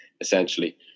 essentially